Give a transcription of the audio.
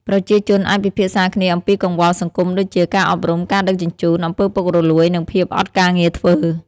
ប្រជាជនអាចពិភាក្សាគ្នាអំពីកង្វល់សង្គមដូចជា ការអប់រំ ការដឹកជញ្ជូន អំពើពុករលួយ និងភាពអត់ការងារធ្វើ។